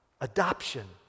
Adoption